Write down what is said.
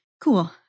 Cool